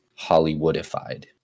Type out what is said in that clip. Hollywoodified